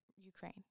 Ukraine